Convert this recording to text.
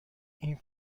این